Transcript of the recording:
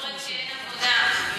כשאין עבודה.